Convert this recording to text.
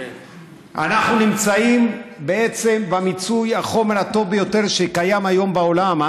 אנחנו נמצאים בעצם במיצוי החומר הטוב ביותר שקיים היום בעולם.